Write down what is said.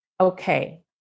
okay